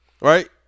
Right